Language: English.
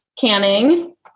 canning